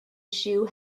shoe